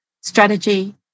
Strategy